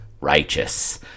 righteous